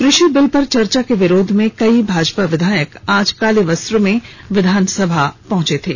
कृषि बिल पर चर्चा के विरोध में कई भाजपा विधायक आज काले वस्त्र में विधानसभा पहुंचे थे